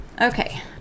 Okay